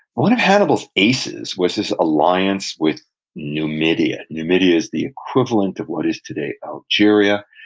one of hannibal's aces was his alliance with numidia. numidia is the equivalent of what is today algeria.